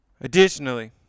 additionally